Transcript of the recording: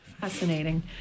Fascinating